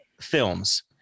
films